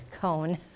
cone